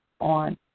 on